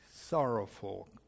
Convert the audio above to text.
sorrowful